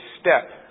step